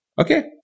Okay